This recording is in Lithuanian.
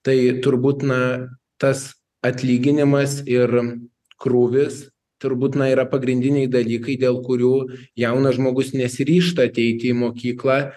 tai turbūt na tas atlyginimas ir krūvis turbūt na yra pagrindiniai dalykai dėl kurių jaunas žmogus nesiryžta ateiti į mokyklą